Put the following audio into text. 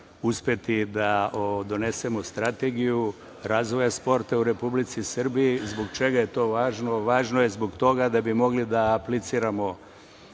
uspeti da donesemo strategiju razvoja sporta u Republici Srbiji. Zbog čega je to važno? Važno je zbog toga da bi mogli da apliciramo